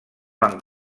van